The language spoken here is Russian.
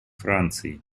франции